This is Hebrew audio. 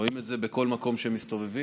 רואים את זה בכל מקום שמסתובבים.